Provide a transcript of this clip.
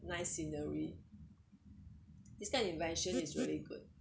nice scenery this kind of invention is really good